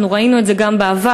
אנחנו ראינו את זה גם בעבר,